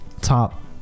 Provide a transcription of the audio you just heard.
top